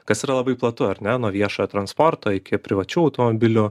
kas yra labai platu ar ne nuo viešojo transporto iki privačių automobilių